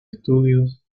estudios